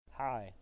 Hi